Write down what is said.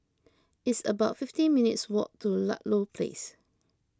it's about fifty minutes' walk to Ludlow Place